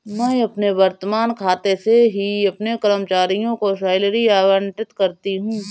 मैं अपने वर्तमान खाते से ही अपने कर्मचारियों को सैलरी आबंटित करती हूँ